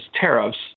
tariffs